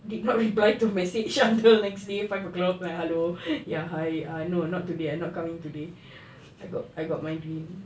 did not reply to message until next day five o'clock like hello ya hi no not today I'm not coming today I got I got migraine